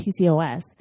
PCOS